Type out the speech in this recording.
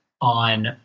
on